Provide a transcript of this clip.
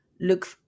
look